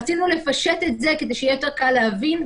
רצינו לפשט את זה כדי שיהיה יותר קל להבין,